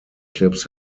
clips